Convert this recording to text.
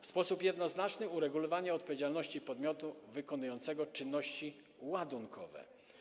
W sposób jednoznaczny reguluje się odpowiedzialność podmiotu wykonującego czynności ładunkowe.